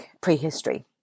prehistory